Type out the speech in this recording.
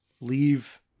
leave